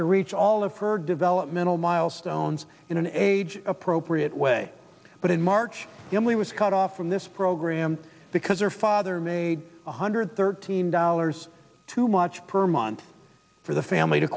to reach all of her developmental milestones in an age appropriate way but in march the only was cut off from this program because her father made one hundred thirteen dollars too much per month for the family to